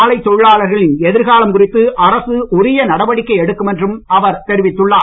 ஆலை தொழிலாளர்களின் எதிர்காலம் குறித்து அரசு உரிய நடவடிக்கை எடுக்கும் என்றும் அவர் தெரிவித்துள்ளார்